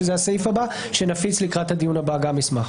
שזה הסעיף הבא שנפיץ לקראת הדיון הבא גם מסמך.